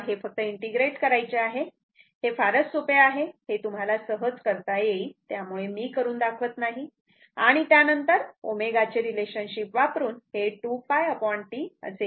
तेव्हा हे फक्त इंटिग्रेट करायचे आहे हे फारच सोपे आहे हे तुम्हाला सहज करता येईल त्यामुळे मी करून दाखवत नाही आणि त्यानंतर ω चे रिलेशनशिप वापरून हे 2π T असे येते